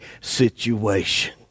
situation